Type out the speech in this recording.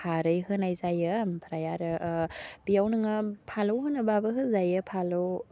खारै होनाय जायो आमफ्राय आरो बेयाव नोङो फालौ होनोबाबो होजायो फालौ